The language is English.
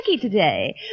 today